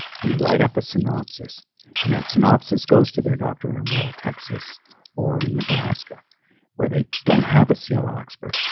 we write up a synopsis and that synopsis goes to their doctor in rural texas or in nebraska where they don't have a cll um ah expert.